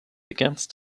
against